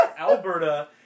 Alberta